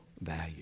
value